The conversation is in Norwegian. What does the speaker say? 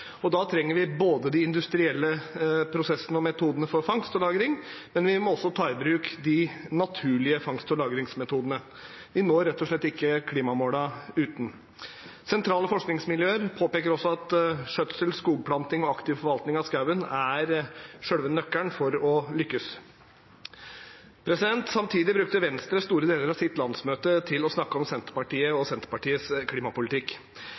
Da trenger vi de industrielle prosessene og metodene for fangst og lagring, men vi må også ta i bruk de naturlige fangst- og lagringsmetodene. Vi når rett og slett ikke klimamålene uten. Sentrale forskningsmiljøer påpeker også at skjøtsel, skogplanting og aktiv forvaltning av skogen er selve nøkkelen for å lykkes. Samtidig brukte Venstre store deler av sitt landsmøte til å snakke om Senterpartiet og Senterpartiets klimapolitikk.